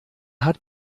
hat